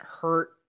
hurt